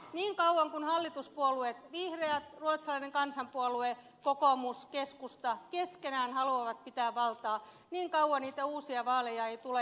niin kauan kuin hallituspuolueet vihreät ruotsalainen kansanpuolue kokoomus keskusta keskenään haluavat pitää valtaa niin kauan niitä uusia vaaleja ei tule